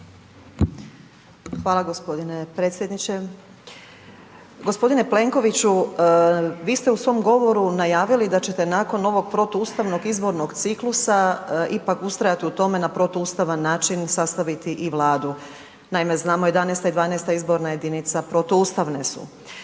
Hvala gospodine predsjedniče. Gospodine Plenkoviću vi ste u svom govoru najavili da ćete nakon ovog protuustavnog izbornog ciklusa ipak ustrajati u tome na protuustavan način sastaviti i vladu. Naime, znamo 11. i 12. izborna jedinica protuustavne su.